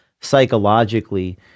psychologically